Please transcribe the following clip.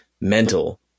mental